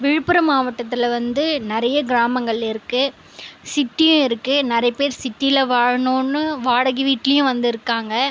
விழுப்புரம் மாவட்டத்தில் வந்து நிறைய கிராமங்கள் இருக்குது சிட்டியும் இருக்குது நிறைய பேர் சிட்டியில் வாழணுன்னு வாடகை வீட்டிலியும் வந்து இருக்காங்க